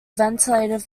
ventilated